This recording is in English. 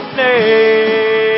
name